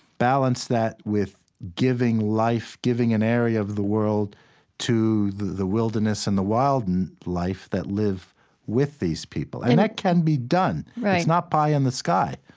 balance that with giving life, giving an area of the world to the wilderness and the wildlife and that live with these people. and that can be done. it's not pie in the sky